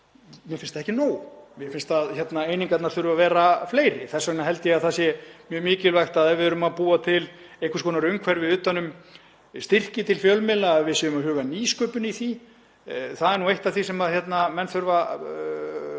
mér það ekki nóg og mér finnst að einingarnar þurfi að vera fleiri. Þess vegna held ég að það sé mjög mikilvægt að ef við erum að búa til einhvers konar umhverfi utan um styrki til fjölmiðla, að við séum að huga að nýsköpun í því. Það er eitt af því sem menn þurfa að